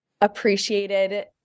appreciated